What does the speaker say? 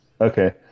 Okay